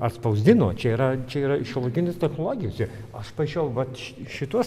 atspausdino čia yra čia yra šiuolaikinės technologijos aš paišiau vat ši šituos